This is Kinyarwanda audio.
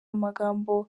amagambo